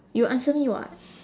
you answer me [what]